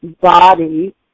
body